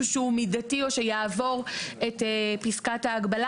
שהוא מידתי או שיעבור את פסקת ההגבלה.